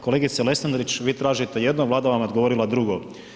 Kolegice Lesandrić, vi tražite jedno, Vlada vam je odgovorila drugo.